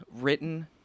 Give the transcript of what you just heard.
written